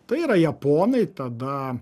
tai yra japonai tada